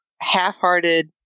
half-hearted